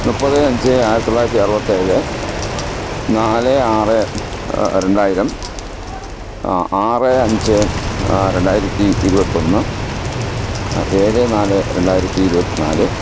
മുപ്പത് അഞ്ച് ആയിരത്തി തൊള്ളായിരത്തി അറുപത്തി ഏഴ് നാല് ആറ് രണ്ടായിരം ആറ് അഞ്ച് രണ്ടായിരത്തി ഇരുപത്തി ഒന്ന് ഏഴ് നാല് രണ്ടായിരത്തി ഇരുപത്തി നാല്